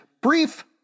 Brief